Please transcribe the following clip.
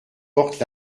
portent